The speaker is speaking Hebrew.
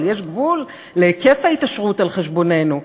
אבל יש גבול להיקף ההתעשרות על חשבוננו,